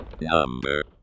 Number